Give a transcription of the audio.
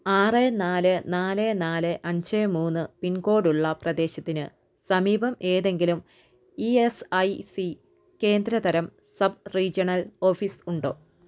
ആറ് നാല് നാല് നാല് അഞ്ച് മൂന്ന് പിൻകോഡുള്ള പ്രദേശത്തിന് സമീപം ഏതെങ്കിലും ഇ എസ് ഐ സി കേന്ദ്ര തരം സബ് റീജണൽ ഓഫീസ് ഉണ്ടോ